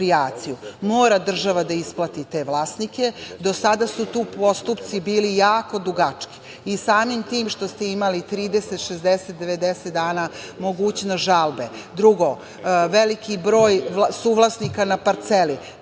Mora država da isplati te vlasnike. Do sada su tu postupci bili jako dugački i samim tim što ste imali 30, 60, 90 dana mogućnost žalbe. Drugo, veliki broj suvlasnika na parceli.